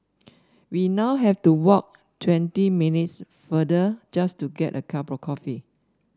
we now have to walk twenty minutes farther just to get a cup of coffee